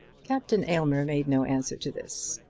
captain aylmer made no answer to this,